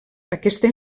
aquesta